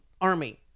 army